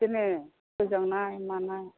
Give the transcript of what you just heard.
बेनो गोजांनाय मानाय